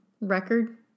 record